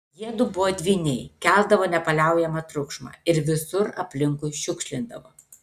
jiedu buvo dvyniai keldavo nepaliaujamą triukšmą ir visur aplinkui šiukšlindavo